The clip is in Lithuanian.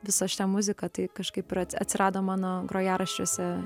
visą šią muziką tai kažkaip ir atsirado mano grojaraščiuose